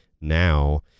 now